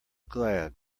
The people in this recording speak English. glad